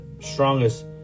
strongest